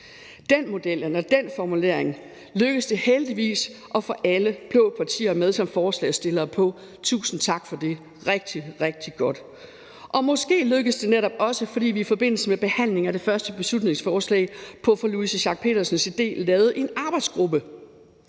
Med den formulering lykkedes det heldigvis at få alle blå partier med som forslagsstillere. Tusind tak for det. Det er rigtig, rigtig godt. Måske lykkedes det netop også, fordi vi i forbindelse med behandlingen af det første beslutningsforslag efter fru Louise Schack Elholms idé lavede en arbejdsgruppe,